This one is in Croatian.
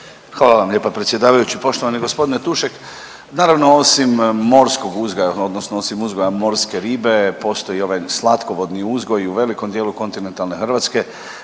Hvala vam lijepa predsjedavajući. Poštovani gospodine Tušek, naravno osim morskog uzgoja odnosno osim uzgoja morske ribe postoji i ovaj slatkovodni uzgoj i u velikom dijelu kontinentalne Hrvatske.